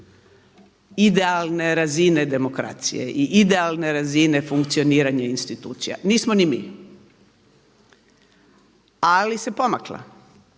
idealne razine demokracije i idealne razine funkcioniranja institucija, nismo ni mi ali se pomakla.